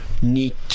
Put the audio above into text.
need